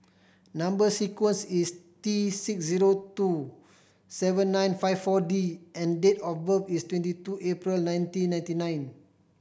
number sequence is T six zero two seven nine five Four D and date of birth is twenty two April nineteen ninety nine